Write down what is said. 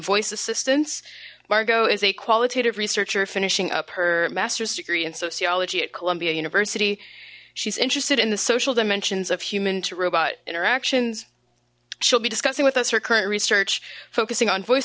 voice assistants margaux is a qualitative researcher finishing up her master's degree in sociology at columbia university she's interested in the social dimensions of human to robot interactions she'll be discussing with us her current research focusing on voice